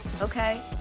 Okay